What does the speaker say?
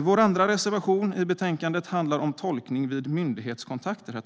Vår andra reservation i betänkandet handlar om tolkning vid myndighetskontakter.